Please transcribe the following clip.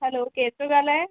हलो केरु थो ॻाल्हाए